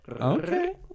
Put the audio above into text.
Okay